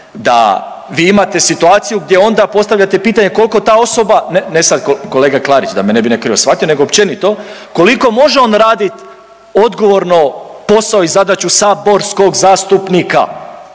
da vi imate situaciju gdje onda postavljate pitanje kolko ta osoba, ne, ne sad kolega Klarić da me ne bi neko krivo shvatio nego općenito, koliko može on radit odgovorno posao i zadaću saborskog zastupnika